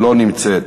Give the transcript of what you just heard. לא נמצאת.